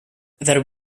there